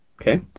okay